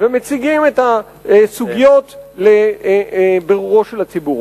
ומציגים את הסוגיות לבירורו של הציבור.